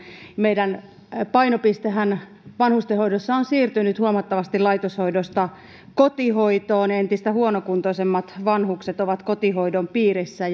meidän painopisteemmehän vanhustenhoidossa on siirtynyt huomattavasti laitoshoidosta kotihoitoon entistä huonokuntoisemmat vanhukset ovat kotihoidon piirissä